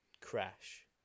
crash